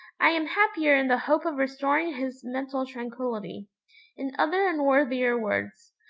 i am happier in the hope of restoring his mental tranquillity in other and worthier words,